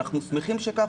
אנחנו שמחים שכך,